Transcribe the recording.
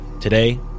Today